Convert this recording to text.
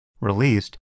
released